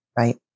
Right